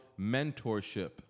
mentorship